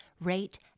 rate